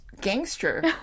gangster